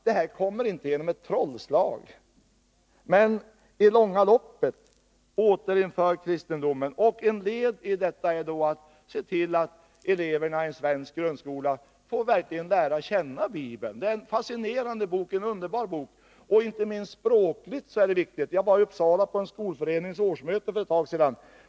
Det här kommer inte som genom ett trollslag, men i det långa loppet bör man återinföra kristendomen. En del detta är att se till att eleverna i svensk grundskola verkligen får lära känna Bibeln. Det är en fascinerande bok, en underbar bok. Inte minst språkligt är den viktig. Jag var i Uppsala på en skolförenings årsmöte för ett tag sedan.